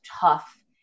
tough